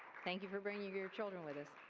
thank you for bringing your children.